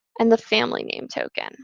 and the family name token